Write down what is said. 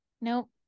nope